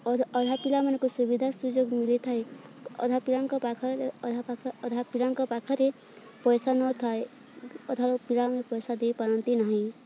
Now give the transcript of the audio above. ଅ ଅଧା ପିଲାମାନଙ୍କୁ ସୁବିଧା ସୁଯୋଗ ମିଳିଥାଏ ଅଧା ପିଲାଙ୍କ ପାଖରେ ଅଧା ଅଧା ପିଲାଙ୍କ ପାଖରେ ପଇସା ନଥାଏ ଅଧା ପିଲାମାନେ ପଇସା ଦେଇପାରନ୍ତି ନାହିଁ